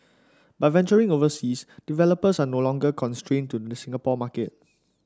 by venturing overseas developers are no longer constrained to the Singapore market